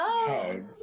head